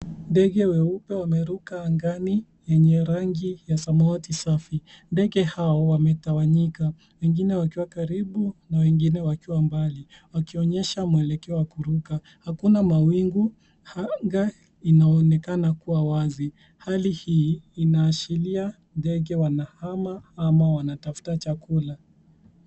Ndege weupe wameruka angani yenye rangi ya samawati safi. Ndege hao wametawanyika, wengine wakiwa karibu na wengine wakiwa mbali wakionyesha mwelekeo wa kuruka. Hakuna mawingu, anga inaonekana kuwa wazi. Hali hii inaashiria ndege wanahama ama wanatafuta chakula.